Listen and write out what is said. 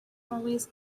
always